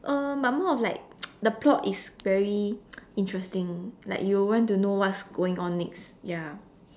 um but more of like the plot is very interesting like you will want to know what's going on next ya